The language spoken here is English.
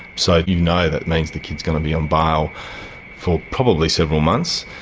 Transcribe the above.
so you know that means the kid is going to be on bail for probably several months,